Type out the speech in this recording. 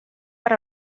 per